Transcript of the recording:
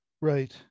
right